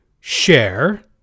share